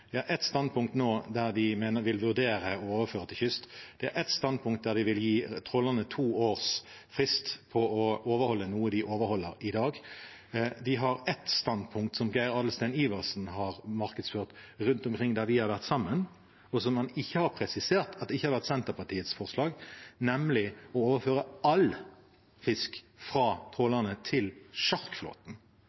har ett standpunkt der de vil gi trålerne to års frist til å overholde noe de overholder i dag. De har ett standpunkt som Geir Adelsten Iversen har markedsført rundt omkring der vi har vært sammen, og som han ikke har presisert at ikke har vært Senterpartiets forslag, nemlig å overføre all fisk fra trålerne til sjarkflåten.